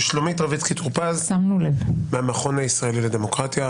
שלומית רביצקי טור פז מהמכון הישראלי לדמוקרטיה.